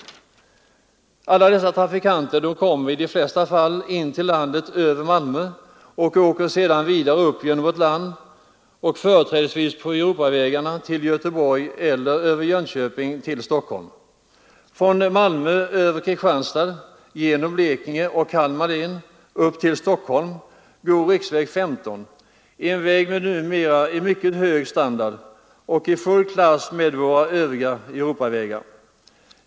Dessa debatt trafikanter kommer i de flesta fall in till landet via Malmö och åker sedan vidare upp genom vårt land, företrädesvis på E-vägarna till Göteborg eller över Jönköping till Stockholm. Från Malmö över Kristianstad genom Blekinge och Kalmar län upp till Stockholm går riksväg 15, en väg med numera mycket hög standard, fullt i klass med våra Europavägar.